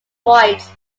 voids